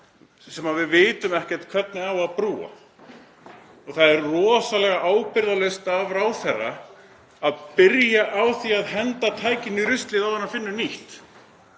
sem við vitum ekkert hvernig á að brúa. Það er rosalega ábyrgðarlaust af ráðherra að byrja á því að henda tækinu í ruslið áður en hann finnur nýtt.